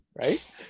right